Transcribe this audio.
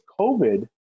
COVID